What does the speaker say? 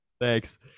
Thanks